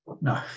No